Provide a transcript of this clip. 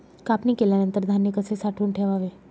कापणी केल्यानंतर धान्य कसे साठवून ठेवावे?